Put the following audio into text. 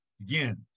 again